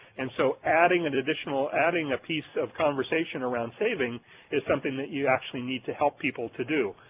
and so adding an additional, adding a piece of conversation around saving is something that you actually need to help people to do.